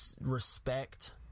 respect